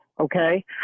okay